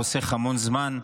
הוא חוסך המון זמן.